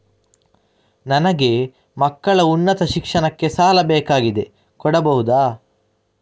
ನನಗೆ ಮಕ್ಕಳ ಉನ್ನತ ಶಿಕ್ಷಣಕ್ಕೆ ಸಾಲ ಬೇಕಾಗಿದೆ ಕೊಡಬಹುದ?